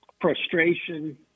frustration